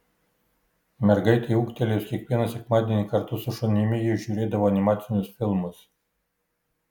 mergaitei ūgtelėjus kiekvieną sekmadienį kartu su šunimi ji žiūrėdavo animacinius filmus